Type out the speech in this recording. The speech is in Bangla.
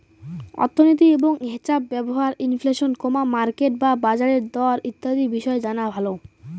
অর্থনীতি এবং হেছাপ ব্যবস্থার ইনফ্লেশন, মার্কেট বা বাজারের দর ইত্যাদি বিষয় জানা ভালো